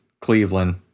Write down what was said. Cleveland